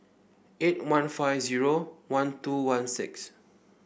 eight one five zero one two one six